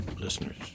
listeners